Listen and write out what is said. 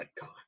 God